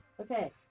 Okay